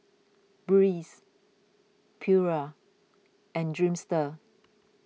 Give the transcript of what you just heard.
Breeze Pura and Dreamster